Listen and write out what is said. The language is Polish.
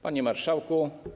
Panie Marszałku!